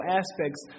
aspects